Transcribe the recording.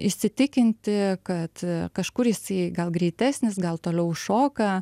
įsitikinti kad kažkur jisai gal greitesnis gal toliau šoka